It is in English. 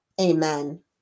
amen